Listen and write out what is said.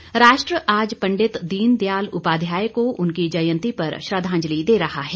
जयंती राष्ट्र आज पंडित दीनदयाल उपाध्याय को उनकी जयंती पर श्रद्वांजलि दे रहा है